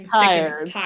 tired